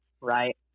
right